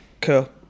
cool